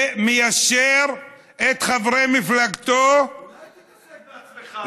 שמיישר את חברי מפלגתו, אולי תתעסק בעצמך?